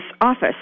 office